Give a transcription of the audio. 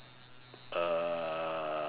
uh